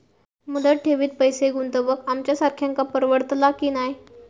मुदत ठेवीत पैसे गुंतवक आमच्यासारख्यांका परवडतला की नाय?